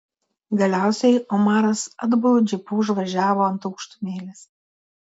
galiausiai omaras atbulu džipu užvažiavo ant aukštumėlės